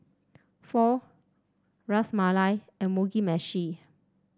Pho Ras Malai and Mugi Meshi